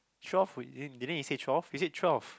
twelve wait didn't you say twelve you said twelve